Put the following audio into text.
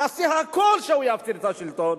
נעשה הכול כדי שהוא יפסיד את השלטון,